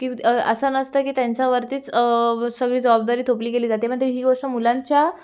की असं नसतं की त्यांच्यावरतीच सगळी जबाबदारी थोपली गेली जाते म्हणजे ही गोष्ट मुलांच्या